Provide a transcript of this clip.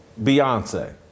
Beyonce